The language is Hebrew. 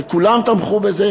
וכולם תמכו בזה,